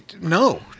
No